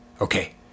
Okay